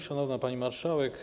Szanowna Pani Marszałek!